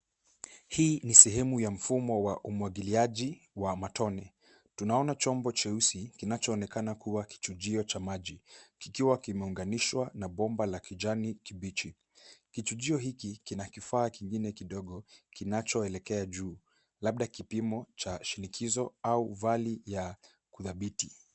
Hii ni sehemu ya mfumo wa umwagiliaji wa matone. Tunaona chombo cheusi kinachoonekana kuwa kichujio cha maji kikiwa kimeunganishwa na bomba la kijani kibichi. Kichujio hiki kina kifaa kingine kidogo kinachoelekea juu, labda kipimo cha shinikizo au vali ya kudhibiti.